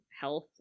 health